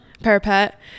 parapet